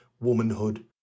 womanhood